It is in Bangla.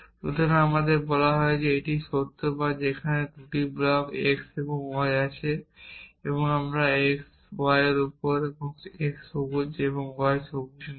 এবং আমাদের বলা হয় যে এটি কি সত্য বা সেখানে 2টি ব্লক x এবং y আছে যেমন x y এর উপর এবং x সবুজ এবং y সবুজ নয়